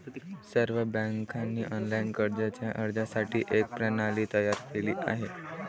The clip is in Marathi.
सर्व बँकांनी ऑनलाइन कर्जाच्या अर्जासाठी एक प्रणाली तयार केली आहे